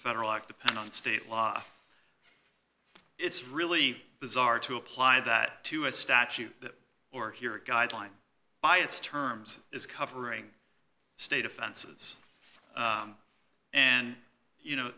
federal act depend on state law it's really bizarre to apply that to a statute that or here a guideline by its terms is covering state offenses and you know